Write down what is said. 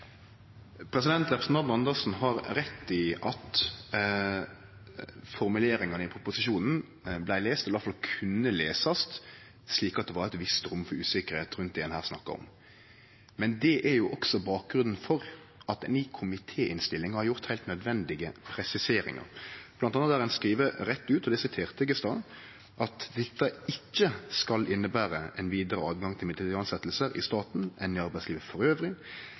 Representanten Karin Andersen har rett i at formuleringane i proposisjonen kunne lesast slik at det var eit visst rom for usikkerheit rundt det ein her snakkar om. Men det er også bakgrunnen for at ein i komitéinnstillinga har gjort heilt nødvendige presiseringar, bl.a. har ein skrive rett ut, og det siterte eg i stad, at dette ikkje skal innebere ein vidare åtgang til mellombels tilsetjingar i staten enn i arbeidslivet